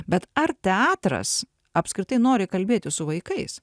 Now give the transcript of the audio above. bet ar teatras apskritai nori kalbėtis su vaikais